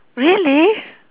really